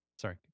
Sorry